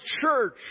church